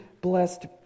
blessed